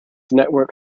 network